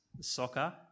soccer